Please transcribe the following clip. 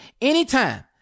anytime